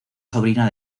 sobrina